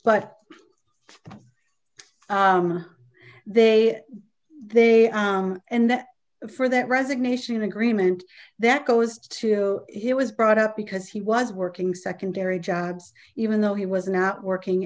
but they they and that for that resignation agreement that goes to he was brought up because he was working secondary jobs even though he was not working